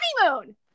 honeymoon